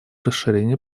расширение